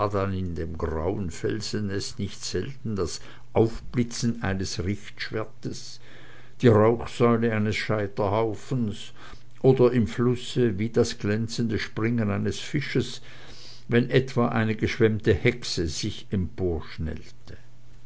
in dem grauen felsennest nicht selten das aufblitzen eines richtschwertes die rauchsäule eines scheiterhaufens oder im flusse wie das glänzende springen eines fisches wenn etwa eine geschwemmte hexe sich